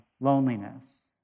loneliness